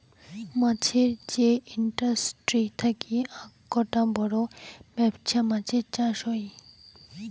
মাছের যে ইন্ডাস্ট্রি থাকি আককটা বড় বেপছা মাছের চাষ হই